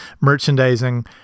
merchandising